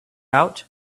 out